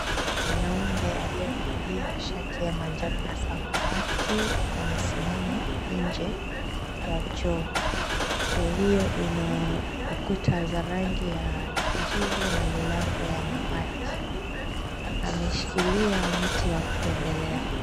Mwanaume aliyevalia shati ya manjano na samawati, amesimama nje ya choo. Choo hiyo ina ukuta za rangi ya kijivu na milango ya mabati. Ameshikilia mti wa kutembelea.